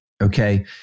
Okay